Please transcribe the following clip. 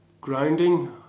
grounding